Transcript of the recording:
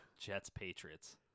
Jets-Patriots